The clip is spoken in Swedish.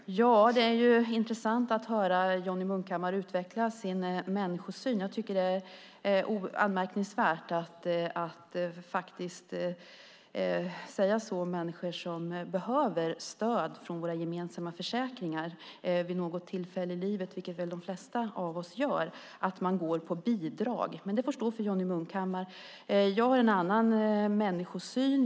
Fru talman! Det är intressant att höra Johnny Munkhammar utveckla sin människosyn. Jag tycker att det är anmärkningsvärt att om människor som behöver stöd från våra gemensamma försäkringar vid något tillfälle i livet - vilket väl de flesta av oss gör - säga att de går på bidrag. Men det får stå för Johnny Munkhammar. Jag har en annan människosyn.